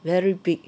very big